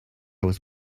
was